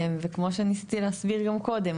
וכמו שניסיתי להסביר כבר קודם,